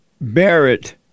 Barrett